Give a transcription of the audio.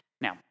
Now